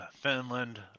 Finland